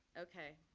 okay,